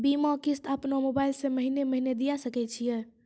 बीमा किस्त अपनो मोबाइल से महीने महीने दिए सकय छियै?